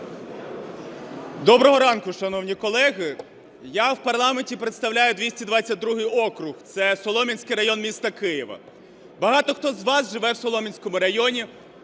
Доброго ранку, шановні колеги! Я в парламенті представляю 222 округ, це Солом'янський район міста Києва. Багато хто з вас живе в Солом'янському районі.